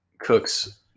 Cooks